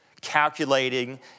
calculating